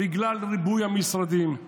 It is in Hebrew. בגלל ריבוי המשרדים,